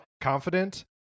confident